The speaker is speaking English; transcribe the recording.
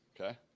Okay